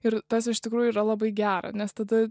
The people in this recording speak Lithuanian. ir tas iš tikrųjų yra labai gera nes tada